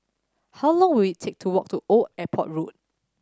how long will it take to walk to Old Airport Road